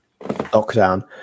lockdown